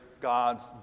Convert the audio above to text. gods